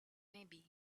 maybe